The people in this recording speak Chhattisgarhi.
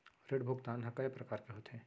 ऋण भुगतान ह कय प्रकार के होथे?